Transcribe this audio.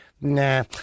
nah